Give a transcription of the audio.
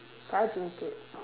can I drink it